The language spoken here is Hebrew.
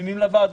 זמינים לוועדות,